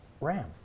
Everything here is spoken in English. ram